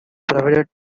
provided